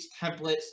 templates